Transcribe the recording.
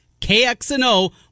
KXNO